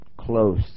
Close